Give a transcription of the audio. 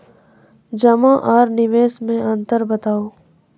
जमा आर निवेश मे अन्तर बताऊ?